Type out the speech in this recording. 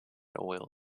oil